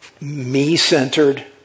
me-centered